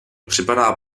připadá